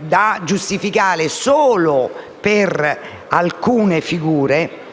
da giustificare tale deroga solo per alcune figure.